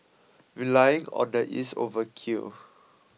relying on the is overkill